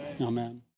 Amen